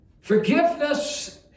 Forgiveness